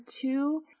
two